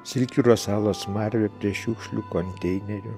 silkių rasalo smarvė prie šiukšlių konteinerio